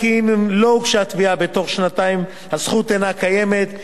אם לא הוגשה תביעה בתוך שנתיים הזכות אינה קיימת,